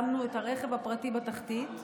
שמנו את הרכב הפרטי בתחתית,